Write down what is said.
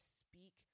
speak